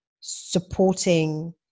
supporting